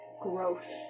growth